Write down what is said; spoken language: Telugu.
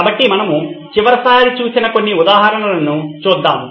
కాబట్టి మనము చివరిసారి చూసిన కొన్ని ఉదాహరణలను చూద్దాం